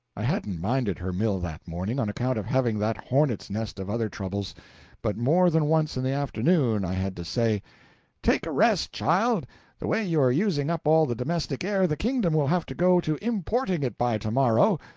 i hadn't minded her mill that morning, on account of having that hornets' nest of other troubles but more than once in the afternoon i had to say take a rest, child the way you are using up all the domestic air, the kingdom will have to go to importing it by to-morrow,